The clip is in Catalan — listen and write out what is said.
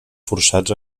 forçats